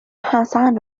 حسن